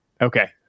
Okay